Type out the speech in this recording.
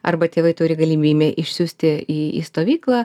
arba tėvai turi galimybę išsiųsti į stovyklą